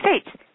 States